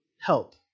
Help